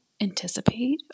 anticipate